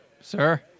sir